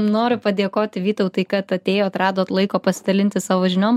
noriu padėkot vytautai kad atėjot radot laiko pasidalinti savo žiniom